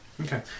Okay